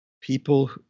people